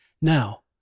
Now